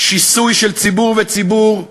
שיסוי של ציבור בציבור,